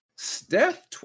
Steph